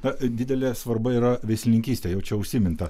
na didelė svarba yra veislininkystė jau čia užsiminta